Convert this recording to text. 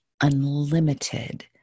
unlimited